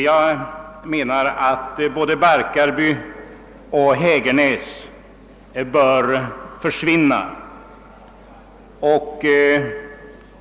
Jag anser att både Barkarby och Hägernäs bör dras in.